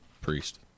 priest